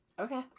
Okay